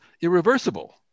irreversible